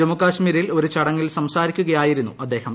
ജമ്മുകാശ്മീരിൽ ഒരു ചടങ്ങിൽ സംസാരിക്കുകയായിരുന്നു അദ്ദേഹം